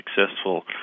successful